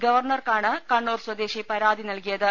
ഗവർണർക്കാണ് കണ്ണൂർ സ്വദേശി പരാതി നൽകിയത്